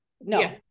No